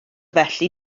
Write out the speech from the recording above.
felly